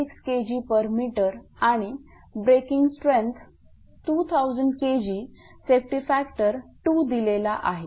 6 Kgm आणि breaking strength 2000 Kg safety factor 2दिला आहे